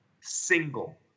single